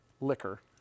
liquor